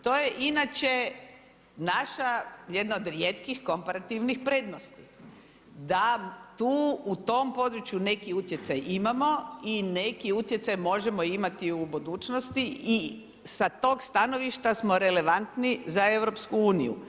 To je inače naša jedna od rijetkih komparativnih prednosti, sa tu u tom području neki utjecaj imamo i neki utjecaj možemo imati u budućnosti sa tog stanovišta smo relevantni za EU.